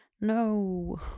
No